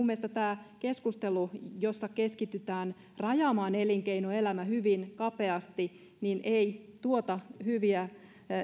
mielestäni tämä keskustelu jossa keskitytään rajaamaan elinkeinoelämä hyvin kapeaksi ei tuota hyviä